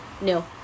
No